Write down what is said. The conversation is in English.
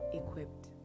equipped